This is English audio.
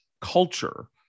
culture